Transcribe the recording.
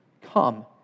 Come